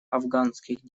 афганских